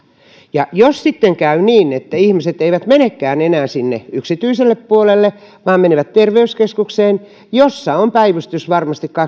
ja jos sitten käy niin että ihmiset eivät menekään enää sinne yksityiselle puolelle vaan menevät terveyskeskukseen jossa on päivystys varmasti